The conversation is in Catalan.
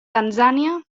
tanzània